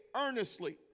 earnestly